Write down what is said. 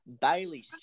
Bailey